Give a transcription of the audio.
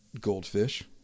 goldfish